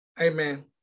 Amen